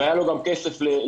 והיה לו גם כסף לשיווק.